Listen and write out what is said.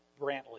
Brantley